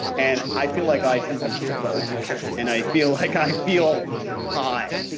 and i feel like i sometimes trip balls on it. and i feel like i feel high.